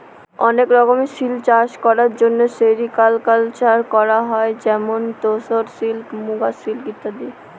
অনেক রকমের সিল্ক চাষ করার জন্য সেরিকালকালচার করা হয় যেমন তোসর সিল্ক, মুগা সিল্ক ইত্যাদি